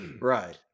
Right